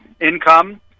income